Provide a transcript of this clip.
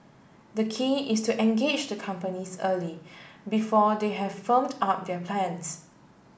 the key is to engage the companies early before they have firmed up their plans